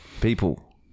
People